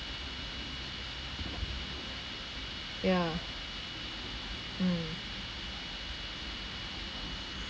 ya mm